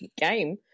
game